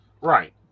Right